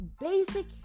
Basic